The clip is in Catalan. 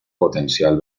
potencial